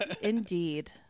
Indeed